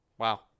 Wow